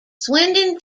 swindon